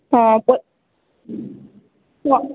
ହଁ